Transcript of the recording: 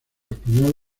español